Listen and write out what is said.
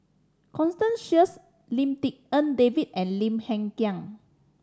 Constance Sheares Lim Tik En David and Lim Hng Kiang